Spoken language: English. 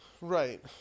Right